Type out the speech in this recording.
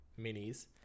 minis